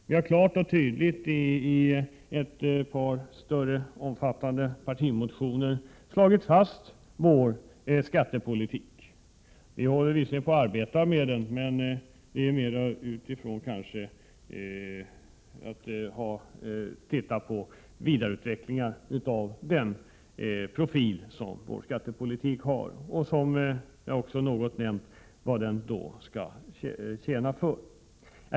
Vi har klart och tydligt i ett par omfattande partimotioner slagit fast vår skattepolitik. Vi håller visserligen på att arbeta med den, men det sker mer utifrån den utgångspunkten att vi skall se till vidareutvecklingen av den profil som vår skattepolitik har, vilket jag tidigare nämnt, och vilka syften den skall tjäna.